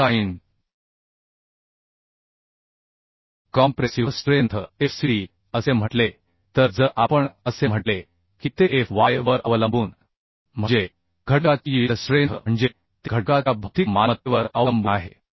design compressive strength fcd असे म्हटले तर जर आपण असे म्हटले की ते fy वर अवलंबूनम्हणजे घटका ची यील्ड स्ट्रेंथ म्हणजे ते घटका च्या भौतिक मालमत्तेवर अवलंबून आहे